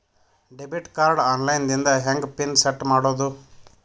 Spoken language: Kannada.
ಡೆಬಿಟ್ ಕಾರ್ಡ್ ಆನ್ ಲೈನ್ ದಿಂದ ಹೆಂಗ್ ಪಿನ್ ಸೆಟ್ ಮಾಡೋದು?